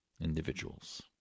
Individuals